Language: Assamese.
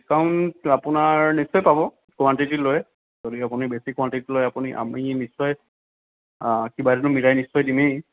ডিচকাউণ্ট আপোনাৰ নিশ্চয় পাব কোৱাণ্টিটি লৈ যদি আপুনি বেছি কোৱাণ্টিটিলৈ আপুনি আমি নিশ্চয় কিবা এটাতো মিলাই নিশ্চয় দিমেই